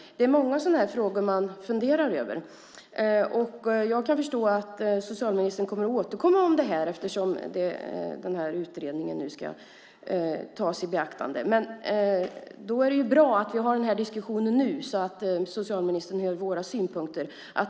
Det är många sådana här frågor som man funderar över. Jag kan förstå att socialministern kommer att återkomma om det här, eftersom utredningen nu ska tas i beaktande. Men då är det bra att vi nu har den här diskussionen, så att socialministern hör våra synpunkter.